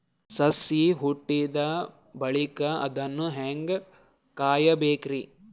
ಸಸಿ ಹುಟ್ಟಿದ ಬಳಿಕ ಅದನ್ನು ಹೇಂಗ ಕಾಯಬೇಕಿರಿ?